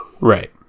Right